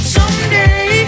Someday